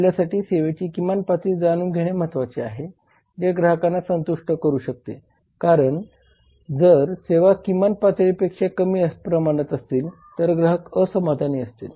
आपल्यासाठी सेवेची किमान पातळी जाणून घेणे महत्त्वाचे आहे जे ग्राहकांना संतुष्ट करू शकते कारण की जर सेवा किमान पातळीपेक्षा कमी प्रमाणात असतील तर ग्राहक असमाधानी असतील